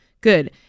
Good